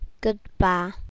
Goodbye